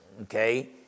okay